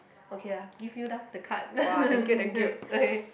okay lah give you lah the card okay